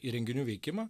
įrenginių veikimą